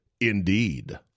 indeed